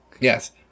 Yes